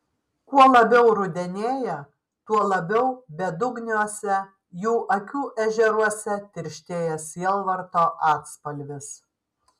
kuo labiau rudenėja tuo labiau bedugniuose jų akių ežeruose tirštėja sielvarto atspalvis